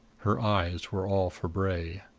her eyes were all for bray.